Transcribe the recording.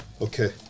Okay